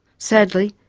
sadly,